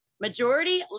Majority